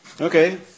Okay